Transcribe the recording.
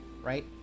right